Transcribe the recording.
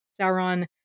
Sauron